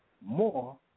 more